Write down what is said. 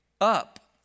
up